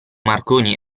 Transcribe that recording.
marconi